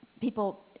people